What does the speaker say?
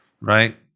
right